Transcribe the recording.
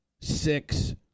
six